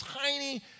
tiny